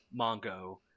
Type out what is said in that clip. Mongo